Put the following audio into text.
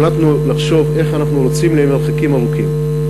החלטנו לחשוב איך אנחנו רצים למרחקים ארוכים,